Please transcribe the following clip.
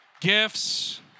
gifts